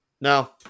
no